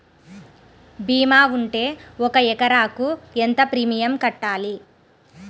భీమా ఉంటే ఒక ఎకరాకు ఎంత ప్రీమియం కట్టాలి?